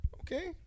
Okay